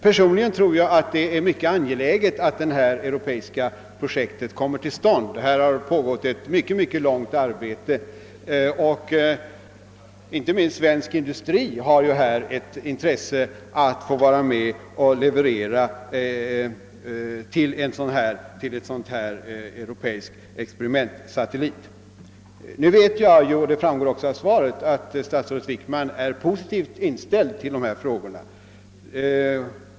Personligen tror jag att det är mycket angeläget att detta europeiska projekt kommer till stånd. Här har pågått ett mycket långvarigt arbete. Inte minst har svensk industri ett intresse att få vara med och leverera till en europeisk experimentsatellit. Nu vet jag, och det framgår ju också av svaret, att statsrådet Wickman är po sitivt inställd till dessa frågor.